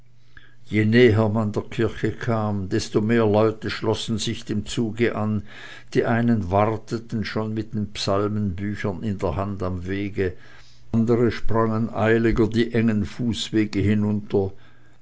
je näher man der kirche kam desto mehr leute schlossen dem zuge sich an die einen warteten schon mit den psalmenbüchern in der hand am wege andere sprangen eiliger die engen fußwege hinunter